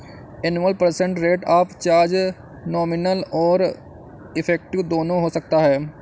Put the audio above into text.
annual percent rate of charge nominal और effective दोनों हो सकता है